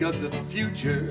go to the future